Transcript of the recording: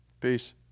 Peace